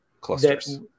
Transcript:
clusters